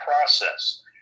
process